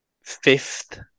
Fifth